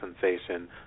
sensation